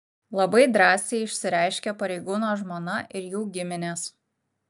labai drąsiai išsireiškė pareigūno žmona ir jų giminės